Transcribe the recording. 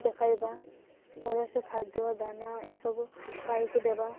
ଦେଖାଇବା ଭଲରେ ଖାଦ୍ୟ ଦାନା ଏସବୁ ଗାଈକୁ ଦେବା